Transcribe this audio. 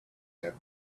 have